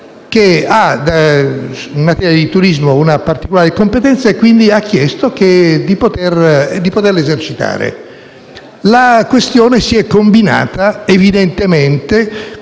La questione si è combinata evidentemente con